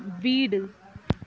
வீடு